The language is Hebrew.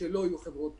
שלא יהיו חברות תעופה.